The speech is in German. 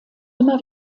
immer